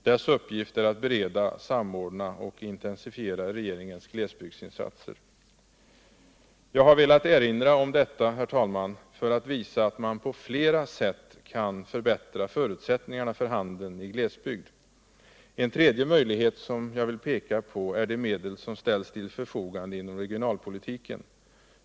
Dess uppgift är att bereda, samordna och intensifiera regeringens glesbygdsinsatser. Jag har velat erinra om detta, herr talman, för att visa att man på flera sätt kan förbättra förutsättningarna för handeln i glesbygd. En tredje möjlighet som jag kan peka på är de medel som ställs till förfogande inom regionalpolitiken.